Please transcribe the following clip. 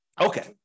Okay